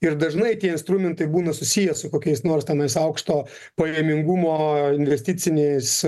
ir dažnai tie instrumentai būna susiję su kokiais nors tenais aukšto pajamingumo investiciniais